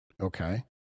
okay